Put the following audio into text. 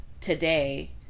today